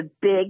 big